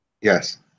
Yes